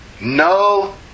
No